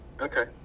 okay